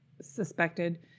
suspected